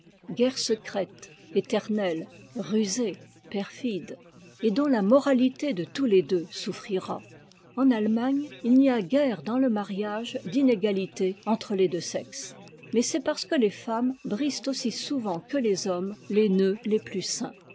guerre secrète éternelle rusée perfide et dont la moralité de tous les deux souffrira en allemagne il n'y a guère dans le mariage d'inégalité entre les deux sexes mais c'est parce que les femmes brisent aussi souvent que les hommes les nœuds les plus saints